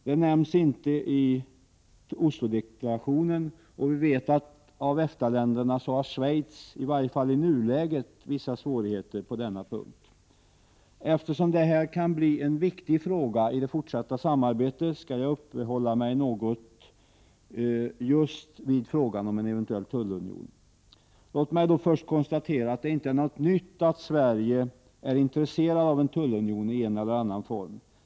Det nämns inte Oslodeklarationen, och av EFTA-länderna har Schweiz, i varje fall i nuläget, vissa svårigheter på denna punkt. Eftersom detta kan bli en viktig fråga i det fortsatta samarbetet skall jag uppehålla mig något just vid frågan om en eventuell tullunion. Låt mig då först konstatera att det inte är något nytt att Sverige är intresserat av en tullunion i en eller annan form.